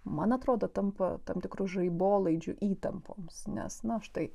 man atrodo tampa tam tikru žaibolaidžiu įtampoms nes na štai